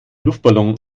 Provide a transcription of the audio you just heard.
luftballon